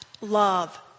love